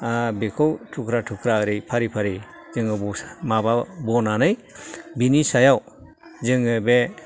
बेखौ थुख्रा थुख्रा ओरै फारि फारि जोङो बसा माबा बनानै बिनि सायाव जोङो बे